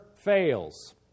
fails